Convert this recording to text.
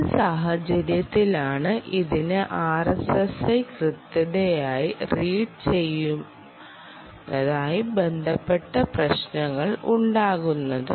ഏത് സാഹചര്യത്തിലാണ് ഇതിന് RSSI കൃത്യമായി റീഡ് ചെയ്യുന്നതുമായി ബന്ധപ്പെട്ട പ്രശ്നങ്ങൾ ഉണ്ടാകുന്നത്